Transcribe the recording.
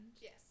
yes